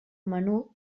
menut